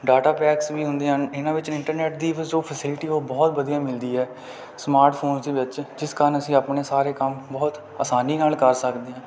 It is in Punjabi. ਡਾਟਾ ਪੈਕਸ ਵੀ ਹੁੰਦੇ ਹਨ ਇਹਨਾਂ ਵਿੱਚ ਇੰਟਰਨੈੱਟ ਦੀ ਫਸੁ ਫੈਸਲਿਟੀ ਉਹ ਬਹੁਤ ਵਧੀਆ ਮਿਲਦੀ ਹੈ ਸਮਾਰਟਫੋਨ ਦੇ ਵਿੱਚ ਜਿਸ ਕਾਰਣ ਅਸੀ ਆਪਣੇ ਸਾਰੇ ਕੰਮ ਬਹੁਤ ਆਸਾਨੀ ਨਾਲ ਕਰ ਸਕਦੇ ਹਾਂ